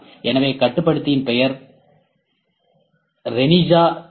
எனவே கட்டுப்படுத்தியின் பெயர் ரெனீஷா யு